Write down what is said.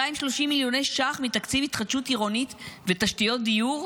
230 מיליון שקלים מתקציב התחדשות עירונית ותשתיות דיור,